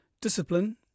discipline